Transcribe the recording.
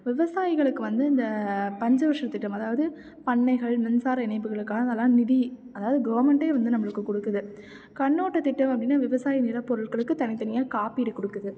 விவசாயிகளுக்கு வந்து இந்த பஞ்சவனத் திட்டம் அதாவது பண்ணைகள் மின்சார இணைப்புகளுக்கான நல நிதி அதாவது கவர்மெண்ட்டே வந்து நம்மளுக்கு கொடுக்குது கண்ணோட்டத் திட்டம் அப்படின்னா விவசாய நிலப் பொருட்களுக்கு தனித் தனியாக காப்பீடு கொடுக்குது